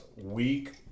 week